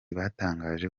batangaje